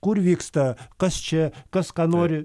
kur vyksta kas čia kas ką nori